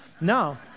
No